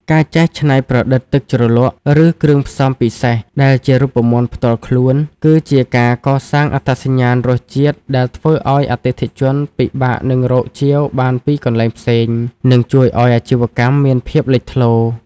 ការចេះច្នៃប្រឌិតទឹកជ្រលក់ ឬគ្រឿងផ្សំពិសេសដែលជារូបមន្តផ្ទាល់ខ្លួន គឺជាការកសាងអត្តសញ្ញាណរសជាតិដែលធ្វើឱ្យអតិថិជនពិបាកនឹងរកជាវបានពីកន្លែងផ្សេង និងជួយឱ្យអាជីវកម្មមានភាពលេចធ្លោ។